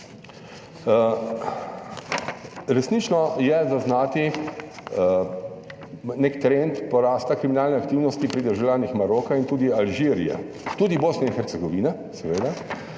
Resnično je zaznati nek trend porasta kriminalne aktivnosti pri državljanih Maroka in tudi Alžirije, tudi Bosne in Hercegovina. Seveda